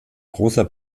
großer